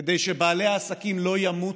כדי שבעלי העסקים לא ימותו,